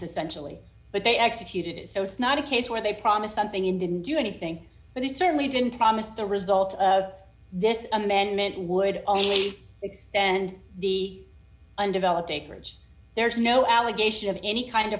essentially but they executed it so it's not a case where they promised something in didn't do anything but they certainly didn't promise the result of this amendment would extend the undeveloped acreage there's no allegation of any kind